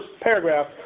paragraph